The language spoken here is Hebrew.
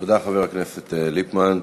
תודה, חבר הכנסת ליפמן.